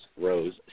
rose